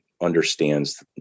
understands